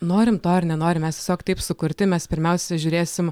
norim to ar nenorim mes tiesiog taip sukurti mes pirmiausia žiūrėsim